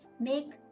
make